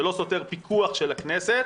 זה לא סותר פיקוח של הכנסת,